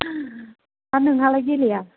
आर नोंहालाय गेलेया